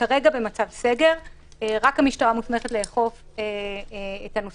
כרגע במצב הסגר רק המשטרה מוסמכת לאכוף את הטלת